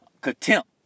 contempt